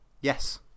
Yes